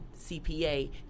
CPA